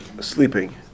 sleeping